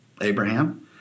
Abraham